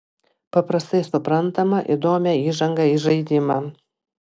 paprastai suprantamą įdomią įžangą į žaidimą